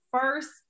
first